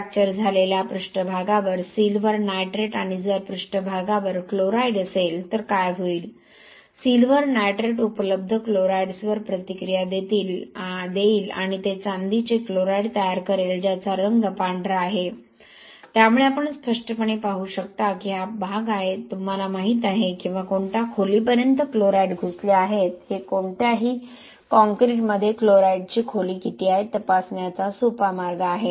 fracture झालेल्या पृष्ठभागावर silver nitrate आणि जर पृष्ठभागावर क्लोराईड असेल तर काय होईल सिल्व्हर नायट्रेट उपलब्ध क्लोराईड्सवर प्रतिक्रिया देईल आणि ते चांदीचे क्लोराईड तयार करेल ज्याचा रंग पांढरा आहे त्यामुळे आपण स्पष्टपणे पाहू शकता की हा प्रदेश आहे तुम्हाला माहीत आहे किंवा कोणत्या खोलीपर्यंत क्लोराईड घुसले आहेत हे कोणत्याही काँक्रीटमध्ये क्लोराईडची खोली किती आहे हे तपासण्याचा सोपा मार्ग आहे